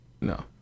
No